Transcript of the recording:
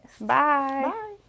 Bye